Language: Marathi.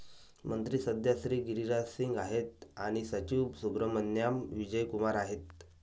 मंत्री सध्या श्री गिरिराज सिंग आहेत आणि सचिव सुब्रहमान्याम विजय कुमार आहेत